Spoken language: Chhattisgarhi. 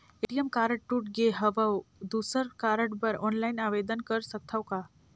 ए.टी.एम कारड टूट गे हववं दुसर कारड बर ऑनलाइन आवेदन कर सकथव का?